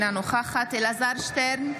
אינה נוכחת אלעזר שטרן,